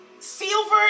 Silver